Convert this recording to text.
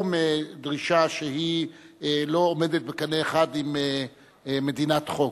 מדרישה שלא עולה בקנה אחד עם מדינת חוק.